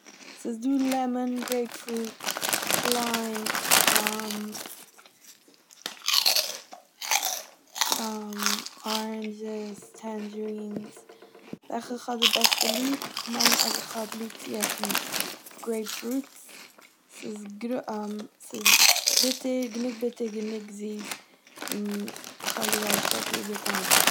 ס'איז דא לעמאן, גרעיפפרוט, ליים, ארענדשעס, טענדשערינס, וועלכע איך האב די בעסטע ליב? כ'מיין אז איך האב ליב צו עסן גרעיפפרוטס, ס'איז גרוי- ס'איז ביטער, גענוג ביטער גענוג זיס און כ'האב זייער שטארק ליב די טעם.